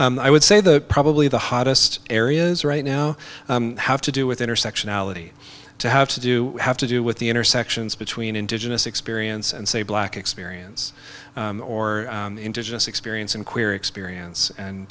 i would say the probably the hottest areas right now have to do with intersectionality to have to do have to do with the intersections between indigenous experience and say black experience or indigenous experience and queer experience and